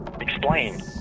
explain